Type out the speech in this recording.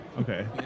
okay